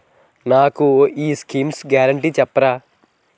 నాకు ఈ schemes guarantee చెప్తారా?